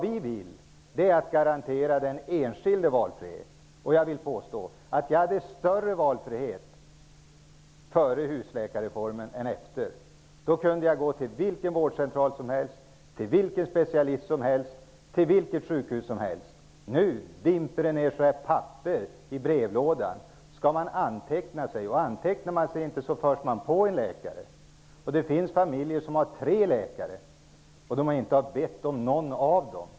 Vi vill garantera den enskilde valfrihet. Jag vill påstå att jag hade större valfrihet före husläkarreformen än efter. Då kunde jag gå till vilken vårdcentral som helst, till vilken specialist som helst, till vilket sjukhus som helst. Nu dimper det ner ett papper i brevlådan som man skall anteckna sig på. Antecknar man sig inte, förs man på en läkare. Det finns familjer som har tre läkare men som inte bett någon av dem.